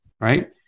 right